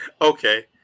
Okay